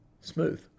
Smooth